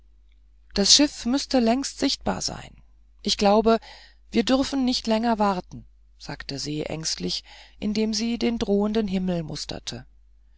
das schiff müßte längst sichtbar sein ich glaube wir dürfen nicht länger warten sagte se ängstlich indem sie den drohenden himmel musterte